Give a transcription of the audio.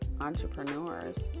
entrepreneurs